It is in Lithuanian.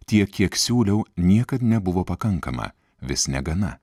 tiek kiek siūliau niekad nebuvo pakankama vis negana